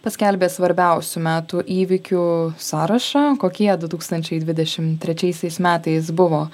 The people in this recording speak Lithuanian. paskelbė svarbiausių metų įvykių sąrašą kokie du tūkstančiai dvidešimt trečiaisiais metais buvo